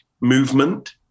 movement